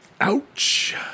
Ouch